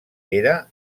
era